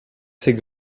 c’est